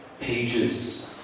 pages